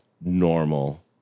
normal